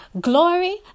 Glory